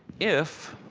if,